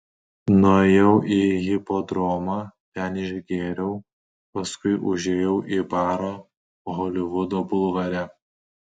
nuėjau į hipodromą ten išgėriau paskui užėjau į barą holivudo bulvare